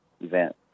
event